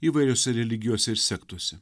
įvairiose religijose ir sektose